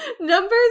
numbers